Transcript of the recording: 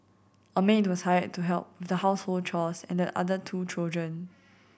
a maid was hired to help with the household chores and the other two children